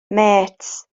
mêts